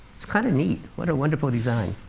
it's kind of neat. what a wonderful design.